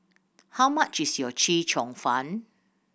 how much is your Chee Cheong Fun